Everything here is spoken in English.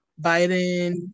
Biden